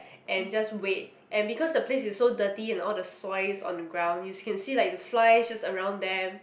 and just wait and because the place is so dirty and all the soys on the ground you can see like the flies just around them